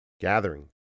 gathering